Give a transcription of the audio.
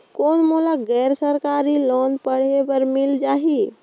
कौन मोला गैर सरकारी लोन पढ़े बर मिल जाहि?